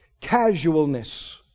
casualness